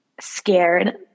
scared